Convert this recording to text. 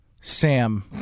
Sam